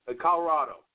Colorado